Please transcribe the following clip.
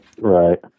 Right